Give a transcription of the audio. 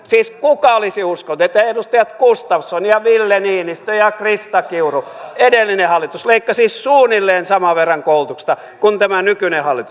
siis kuka olisi uskonut että edustajat gustafsson ja ville niinistö ja krista kiuru edellinen hallitus leikkasi suunnilleen saman verran koulutuksesta kuin tämä nykyinen hallitus